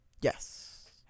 Yes